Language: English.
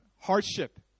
hardship